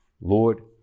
Lord